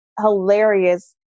hilarious